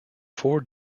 four